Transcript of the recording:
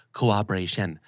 cooperation